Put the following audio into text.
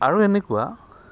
আৰু এনেকুৱা